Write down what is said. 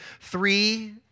three